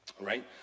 right